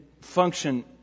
function